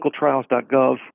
clinicaltrials.gov